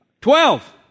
Twelve